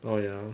oh ya